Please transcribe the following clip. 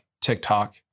TikTok